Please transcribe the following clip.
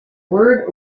word